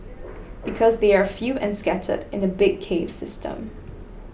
because they are few and scattered in a big cave system